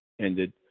ended